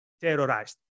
terrorized